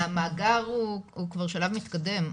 המאגר הוא כבר שלב מתקדם,